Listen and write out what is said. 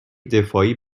دفاعی